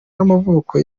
n’amavuko